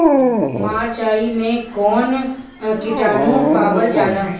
मारचाई मे कौन किटानु पावल जाला?